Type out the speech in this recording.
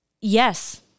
Yes